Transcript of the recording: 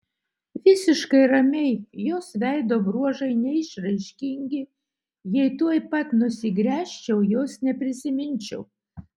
visiškai ramiai jos veido bruožai neišraiškingi jei tuoj pat nusigręžčiau jos neprisiminčiau